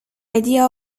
idea